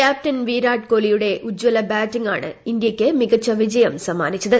captain Virat കോഹ്ലിയുടെ ്ളജ്ജില്ല ബാറ്റിംഗാണ് ഇന്ത്യയ്ക്ക് മികച്ച വിജയം സമ്മാനിച്ചത്